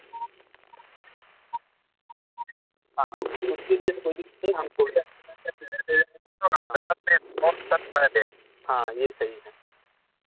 हाँ हाँ उस उसके लिए तो कोई दिक्कत नहीं हम हाँ हाँ यह सही है